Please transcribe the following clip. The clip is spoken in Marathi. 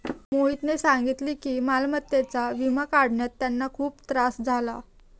मोहितने सांगितले की मालमत्तेचा विमा काढण्यात त्यांना खूप त्रास झाला